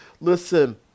Listen